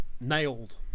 nailed